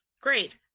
Great